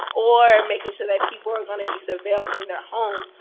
or making sure that people are going to be surveilled in their homes.